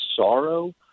sorrow